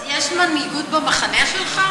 אז יש מנהיגות במחנה שלך,